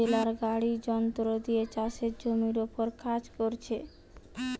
বেলার গাড়ি যন্ত্র দিয়ে চাষের জমির উপর কাজ কোরছে